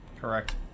Correct